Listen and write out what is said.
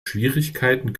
schwierigkeiten